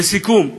לסיכום,